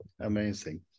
amazing